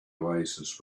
oasis